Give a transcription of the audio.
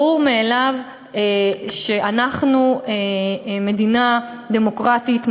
ברור מאליו שאנחנו מדינה דמוקרטית,